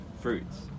Fruits